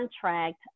contract